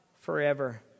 forever